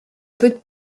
peut